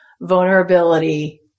vulnerability